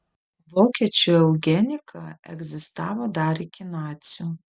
vokiečių eugenika egzistavo dar iki nacių